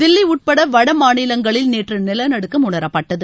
தில்லி உட்பட வட மாநிலங்களில் நேற்று நிலநடுக்கம் உணரப்பட்டது